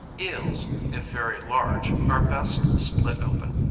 eels, if very large, are best split open,